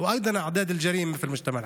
יש לכם משפחות שמחכות לכם בבית,